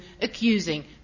accusing